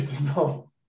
no